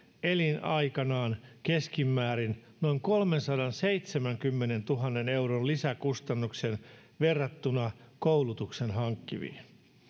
elinaikanaan keskimäärin noin kolmensadanseitsemänkymmenentuhannen euron lisäkustannuksen verrattuna koulutuksen hankkiviin